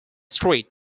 street